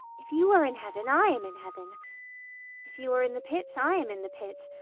if you are in heaven, i am in heaven if you are in the pit, i am in the pit.